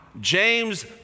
James